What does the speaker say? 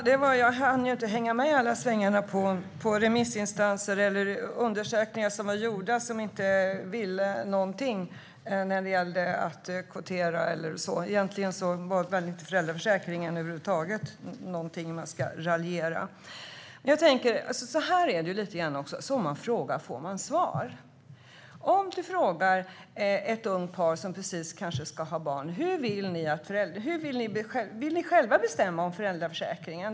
Herr talman! Jag hann inte hänga med i alla svängar när det gäller remissinstanser och undersökningar som var gjorda och som inte vill någonting när det handlar om att kvotera och så vidare. Egentligen är väl inte föräldraförsäkringen någonting man ska raljera om över huvud taget. Jag tänker att det lite grann är så här: Som man frågar får man svar. Man kanske frågar ett ungt par som precis ska ha barn: Vill ni själva bestämma om föräldraförsäkringen?